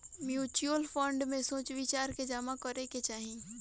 mutual fund में सोच विचार के जामा करे के चाही